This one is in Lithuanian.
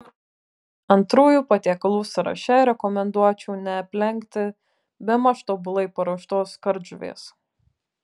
antrųjų patiekalų sąraše rekomenduočiau neaplenkti bemaž tobulai paruoštos kardžuvės